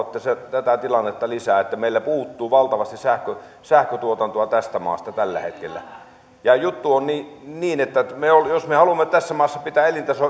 tätä tilannetta lisää että meillä puuttuu valtavasti sähköntuotantoa tästä maasta tällä hetkellä ja juttu on niin niin että jos me haluamme tässä maassa pitää elintasoa